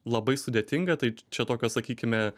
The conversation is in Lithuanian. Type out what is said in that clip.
labai sudėtinga tai č čia tokio sakykime